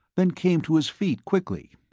then came to his feet quickly.